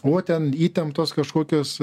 o ten įtemptos kažkokios